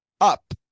up